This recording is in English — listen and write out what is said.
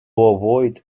avoid